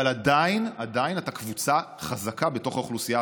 אבל עדיין, עדיין אתה בקבוצה חזקה בתוך האוכלוסייה